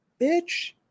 bitch